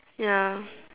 ya